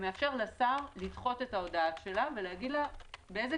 מאפשר לשר לדחות את ההודעה שלה ולהגיד לה: בזק,